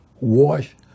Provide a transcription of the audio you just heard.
wash